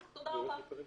למליאה.